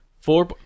Four